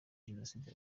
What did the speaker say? jenoside